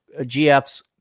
gf's